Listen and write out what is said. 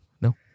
No